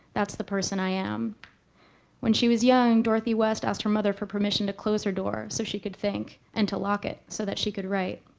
that's the person i am when she was young, dorothy west asked her mother for permission to close her door, so she could think, and to lock it, so that she could write.